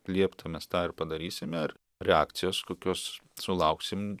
liepta mes tą ir padarysime ir reakcijos kokios sulauksim